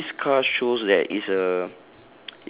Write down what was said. okay this car shows that it's a